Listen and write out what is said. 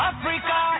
Africa